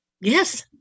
yes